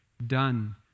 Done